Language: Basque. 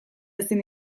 ezin